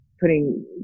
putting